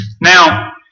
Now